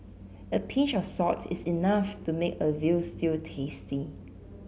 a pinch of salt is enough to make a veal stew tasty